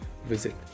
visit